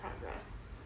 progress